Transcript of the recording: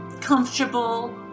comfortable